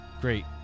Great